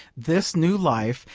this new life,